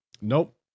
nope